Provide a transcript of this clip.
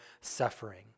suffering